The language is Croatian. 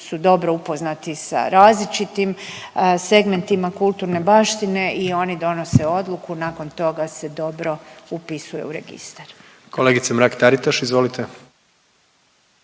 su dobro upoznati sa različitim segmentima kulturne baštine i oni donose odluku. Nakon toga se dobro upisuje u registar. **Jandroković, Gordan